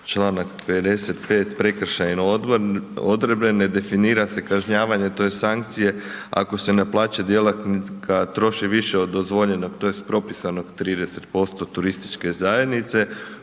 članak 55. prekršajne odredbe, ne definira se kažnjavanje tj. sankcije ako se na plaće djelatnika troši više od dozvoljenog tj. propisanog 30% turističke zajednice,